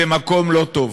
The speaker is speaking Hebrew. למקום לא טוב.